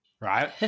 right